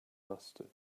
mustard